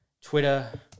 Twitter